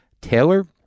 Taylor